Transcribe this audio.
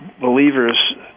believers